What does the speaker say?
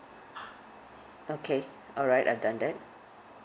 okay alright I've done that